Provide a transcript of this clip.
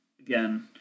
Again